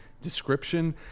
description